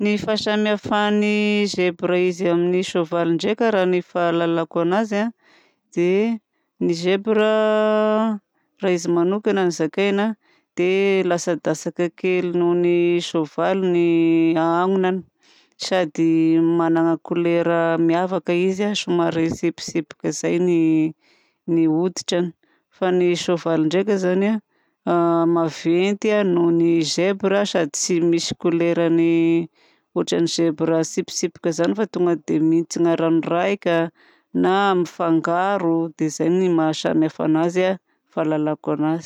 Ny fahasamihafan'ny zebra izy amin'ny soavaly ndraika raha ny fahalalako anazy dia ny zebra raha izy manokana no zakaina dia latsadatsaka kely noho ny soavaly ny anonany sady manana couleur miavaka izy somary mitsipitsipika zay ny hoditrany. Fa ny soavaly ndraika zany a maventy a noho ny zebra sady tsy misy couleurany otran'ny zebra mitsipitsipika zany fa tonga dia mintigna ranoraika na mifangaro. Dia izay no mahasamihafa anazy fahalalako anazy.